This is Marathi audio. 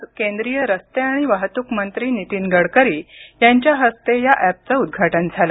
आज केंद्रीय रस्ते आणि वाहतूक मंत्री नीतीन गडकरी यांच्या हस्ते या ऍपचं उद्घाटन झालं